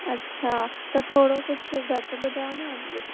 अच्छा त थोरो कुझु घटि ॿुधायो न अघु